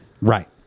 Right